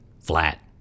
flat